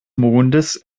mondes